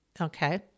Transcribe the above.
Okay